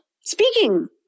Speaking